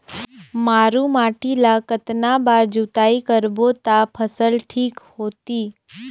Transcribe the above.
मारू माटी ला कतना बार जुताई करबो ता फसल ठीक होती?